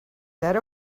that